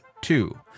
two